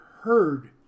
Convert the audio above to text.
heard